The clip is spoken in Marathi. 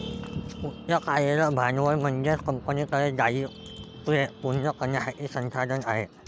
उच्च कार्यरत भांडवल म्हणजे कंपनीकडे दायित्वे पूर्ण करण्यासाठी संसाधने आहेत